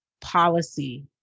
policy